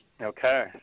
Okay